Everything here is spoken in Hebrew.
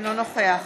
אינו נוכח